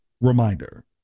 reminder